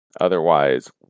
Otherwise